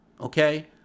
okay